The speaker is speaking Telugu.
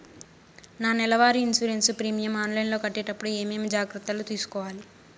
నా నెల వారి ఇన్సూరెన్సు ప్రీమియం ఆన్లైన్లో కట్టేటప్పుడు ఏమేమి జాగ్రత్త లు తీసుకోవాలి?